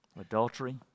Adultery